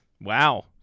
Wow